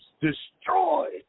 destroyed